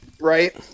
right